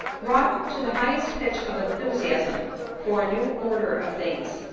wrought to the highest pitch of enthusiasm for a new order of things,